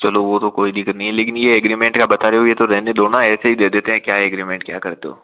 चलो वो तो कोई दिक्कत नहीं है लेकिन ये एग्रीमेंट का बता रहे हो ये तो रहने दो ना ऐसे ही दे देते है क्या एग्रीमेंट क्या करते हो